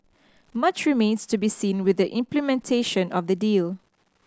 much remains to be seen with the implementation of the deal